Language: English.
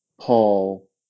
Paul